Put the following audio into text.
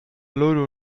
loro